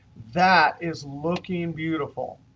that is looking beautiful.